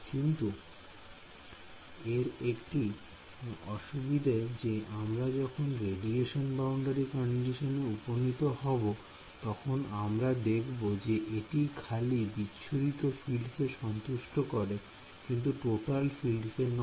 কিন্তু এর একটি অসুবিধা যে আমরা যখন রেডিয়েশন বাউন্ডারি কন্ডিশনে উপনীত হব তখন আমরা দেখব যে এটি খালি বিচ্ছুরিত ফিল্ড কে সন্তুষ্ট করে কিন্তু টোটাল ফিল্ড কে নয়